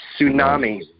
tsunami